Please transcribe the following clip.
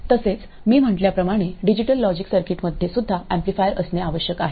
तसेच मी म्हटल्याप्रमाणे डिजिटल लॉजिक सर्किटमध्येसुद्धा एम्पलीफायर असणे आवश्यक आहे